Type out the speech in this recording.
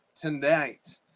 tonight